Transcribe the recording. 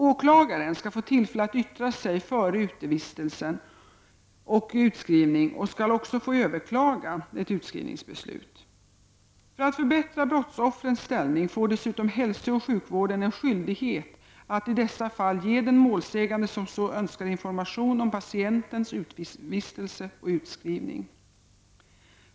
Åklagaren skall få tillfälle att yttra sig före utevistelser och utskrivning och skall också få överklaga ett utskrivningsbeslut. För att förbättra brottsoffrens ställning får dessutom hälsooch sjukvården en skyldighet att i dessa fall ge den målsägande som så önskar information om patientens utevistelser och utskrivning.